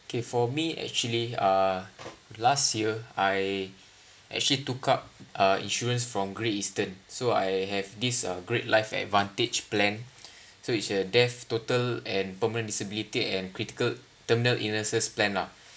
okay for me actually uh last year I actually took up a insurance from Great Eastern so I have this uh great life advantage plan so it's a death total and permanent disability and critical terminal illnesses plan lah